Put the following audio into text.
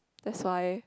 that's why